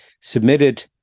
submitted